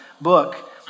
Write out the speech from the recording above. book